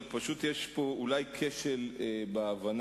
רק אולי יש פה כשל בהבנה.